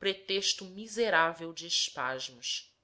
pretexto miserável de espasmos